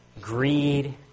greed